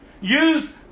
Use